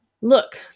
Look